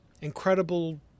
incredible